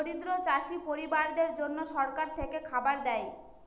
দরিদ্র চাষী পরিবারদের জন্যে সরকার থেকে খাবার দেয়